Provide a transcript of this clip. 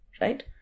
right